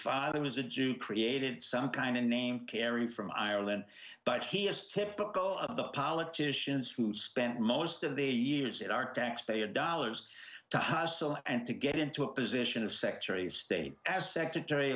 father was a jew created some kind of name caring from ireland but he is typical of the politicians who spent most of the years at our taxpayer dollars to hustle and to get into a position of secretary of state as secretary